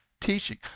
teaching